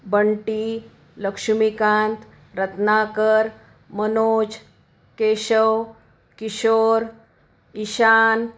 Bunty Laxmikant Ratnakar Manoj Keshav Kishore Ishan